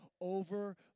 over